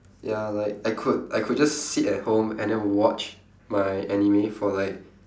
ya like I could I could just sit at home and then watch my anime for like